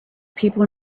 people